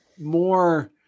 more